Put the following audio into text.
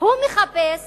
הוא מחפש